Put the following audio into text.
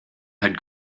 had